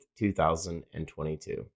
2022